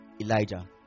Elijah